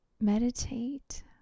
meditate